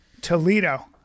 Toledo